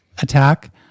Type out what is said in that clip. Attack